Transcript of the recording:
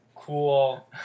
cool